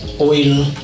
oil